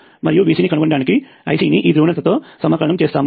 మరియు VC ని కనుగొనటానికి Ic ని ఈ ధ్రువణతతో సమాకలనము చేస్తాము